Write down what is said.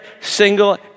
single